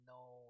no